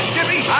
Jimmy